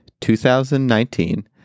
2019